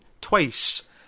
twice